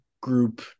group